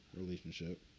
relationship